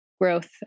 growth